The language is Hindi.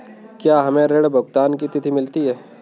क्या हमें ऋण भुगतान की तिथि मिलती है?